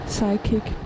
Psychic